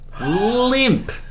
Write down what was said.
Limp